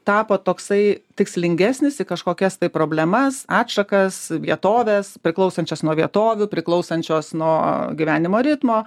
tapo toksai tikslingesnis į kažkokias problemas atšakas vietoves priklausančios nuo vietovių priklausančios nuo gyvenimo ritmo